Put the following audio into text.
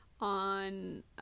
on